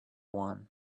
one